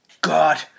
God